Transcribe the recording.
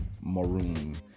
Maroon